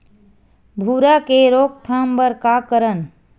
भूरा के रोकथाम बर का करन?